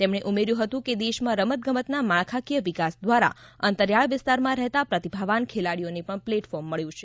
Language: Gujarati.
તેમણે ઉમેર્યું હતું કે દેશમાં રમત ગમતના માળખાકીય વિકાસ દ્વારા અંતરિયાળ વિસ્તારમાં રહેતા પ્રતિભાવાન ખેલાડીઓને પણ પ્લેટફોર્મ મળ્યું છે